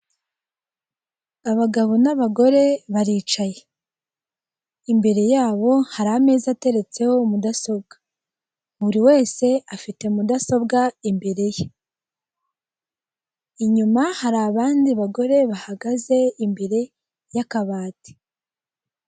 Abagabo n'abagore baricaye, imbere yabo hari ameza ateretseho mudasobwa, buri wese afite mudasobwa imbere ye, inyuma hari abandi bagore bahagaze imbere y'akabati.